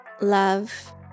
love